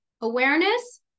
Awareness